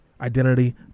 identity